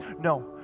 No